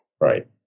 Right